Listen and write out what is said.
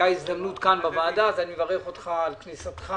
כניסתך